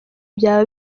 byaba